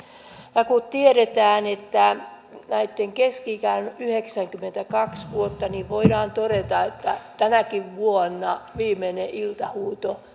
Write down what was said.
kun tiedetään että näitten keski ikähän on yhdeksänkymmentäkaksi vuotta niin voidaan todeta että tänäkin vuonna viimeinen iltahuuto